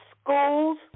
schools